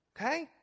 Okay